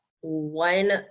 one